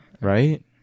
Right